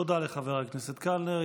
תודה לחבר הכנסת קלנר.